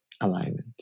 alignment